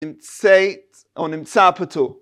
אינסייט אונימצאפיטל